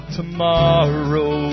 tomorrow